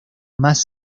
más